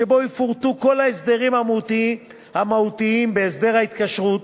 שבו יפורטו כל ההסדרים המהותיים בהסדר ההתקשרות